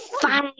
fine